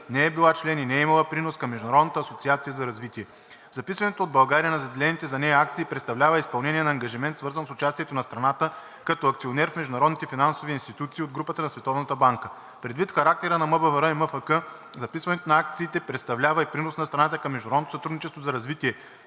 не е била член и не е имала принос към Международната асоциация за развитие. Записването от България на заделените за нея акции представлява изпълнение на ангажимент, свързан с участието на страната като акционер в международните финансови институции от Групата на Световната банка. Предвид характера на МБВР и МФК записването на акциите представлява и принос на страната към международното сътрудничество за развитие,